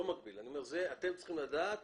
אתם צריכים לדעת